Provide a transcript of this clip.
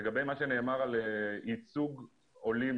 לגבי מה שנאמר על ייצוג עולים